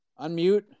Unmute